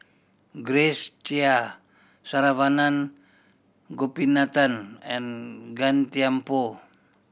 Grace Chia Saravanan Gopinathan and Gan Thiam Poh